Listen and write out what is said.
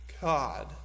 God